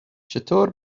چطور